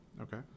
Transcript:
Okay